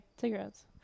cigarettes